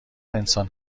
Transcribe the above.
انسان